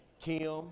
Kim